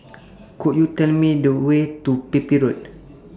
Could YOU Tell Me The Way to Pepys Road